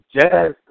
jazz